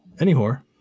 Anywhore